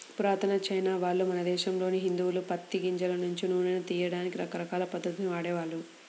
పురాతన చైనావాళ్ళు, మన దేశంలోని హిందువులు పత్తి గింజల నుంచి నూనెను తియ్యడానికి రకరకాల పద్ధతుల్ని వాడేవాళ్ళు